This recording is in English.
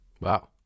Wow